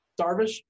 Darvish